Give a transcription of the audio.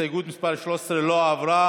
הסתייגות מס' 13 לא עברה.